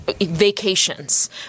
vacations